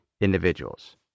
individuals